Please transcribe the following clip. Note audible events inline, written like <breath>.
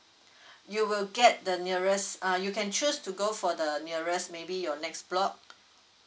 <breath> you will get the nearest uh you can choose to go for the nearest maybe your next block